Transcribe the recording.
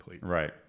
right